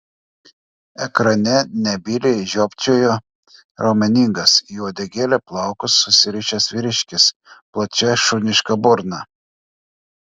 ekrane nebyliai žiopčiojo raumeningas į uodegėlę plaukus susirišęs vyriškis plačia šuniška burna